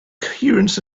coherence